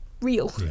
real